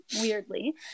weirdly